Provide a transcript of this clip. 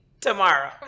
tomorrow